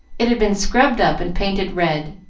it had been scrubbed up and painted red,